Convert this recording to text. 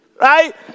Right